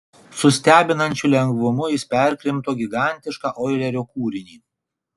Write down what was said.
su stebinančiu lengvumu jis perkrimto gigantišką oilerio kūrinį